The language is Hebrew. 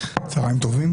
צהרים טובים.